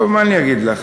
טוב, מה אני אגיד לך?